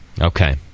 Okay